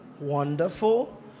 Wonderful